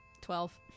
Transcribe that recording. Twelve